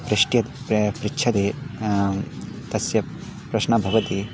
पृच्छते प्रा पृच्छते तस्य प्रश्नः भवति